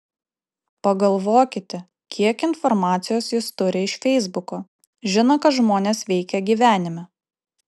pagalvokite kiek informacijos jis turi iš feisbuko žino ką žmonės veikia gyvenime